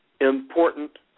important